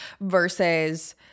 versus